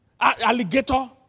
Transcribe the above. Alligator